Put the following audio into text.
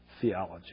theology